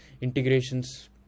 integrations